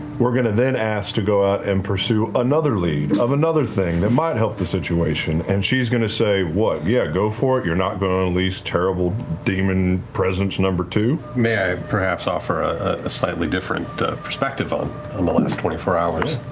we're going to then ask to go out and pursue another lead of another thing that might help the situation and she's going to say what? yeah, go for it? you're not going to unleash terrible demon presence number two? taliesin may i perhaps offer a slightly different perspective on on the last twenty four hours?